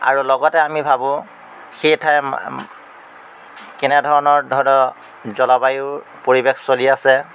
আৰু লগতে আমি ভাবোঁ সেই ঠাইৰ কেনেধৰণৰ ধৰক জলবায়ুৰ পৰিৱেশ চলি আছে